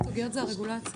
זה הרגולציה.